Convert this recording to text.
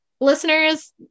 listeners